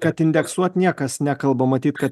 kad indeksuot niekas nekalba matyt kad